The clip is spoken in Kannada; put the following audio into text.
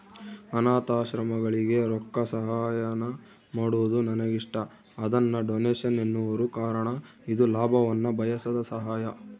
ಅನಾಥಾಶ್ರಮಗಳಿಗೆ ರೊಕ್ಕಸಹಾಯಾನ ಮಾಡೊದು ನನಗಿಷ್ಟ, ಅದನ್ನ ಡೊನೇಷನ್ ಎನ್ನುವರು ಕಾರಣ ಇದು ಲಾಭವನ್ನ ಬಯಸದ ಸಹಾಯ